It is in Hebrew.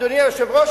אדוני היושב-ראש,